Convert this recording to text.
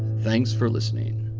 thanks for listening